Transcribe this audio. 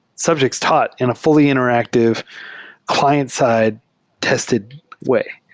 subjects taught in a fully-interac tive client-side tested way.